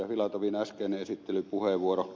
filatovin äskeinen esittelypuheenvuoro